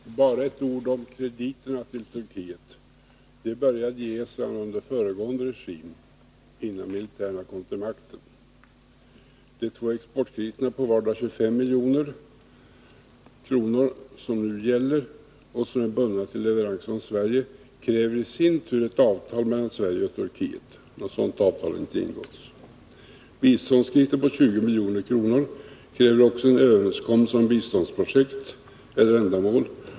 Fru talman! Bara ett par ord om krediterna till Turkiet. De började ges redan under föregående regim, innan militärerna kom till makten. De två exportkrediterna på vardera 25 milj.kr. som nu gäller och som är bundna till leveranser från Sverige kräver i sin tur ett avtal mellan Sverige och Turkiet. Något sådant avtal har inte ingåtts. Biståndskrediten på 20 milj.kr. kräver också en överenskommelse om biståndsprojekt eller ändamål.